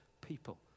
people